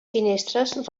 finestres